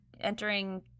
entering